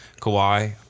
Kawhi